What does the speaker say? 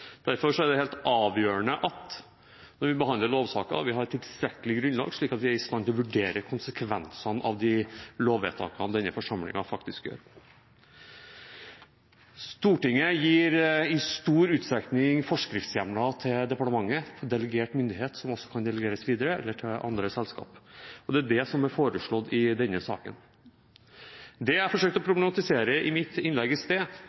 helt avgjørende når vi behandler lovsaker, at vi har tilstrekkelig grunnlag til å være i stand til å vurdere konsekvensene av de lovvedtakene denne forsamlingen faktisk gjør. Stortinget gir i stor utstrekning forskriftshjemler til departementet – delegert myndighet som også kan delegeres videre – eller til andre selskap. Det er det som er foreslått i denne saken. Det jeg forsøkte å problematisere i mitt innlegg i sted,